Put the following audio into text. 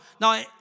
Now